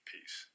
Peace